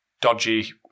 dodgy